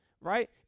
right